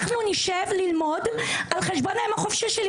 אנחנו נשב ללמוד על חשבון היום החופשי שלנו.